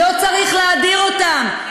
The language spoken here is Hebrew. לא צריך להאדיר אותם.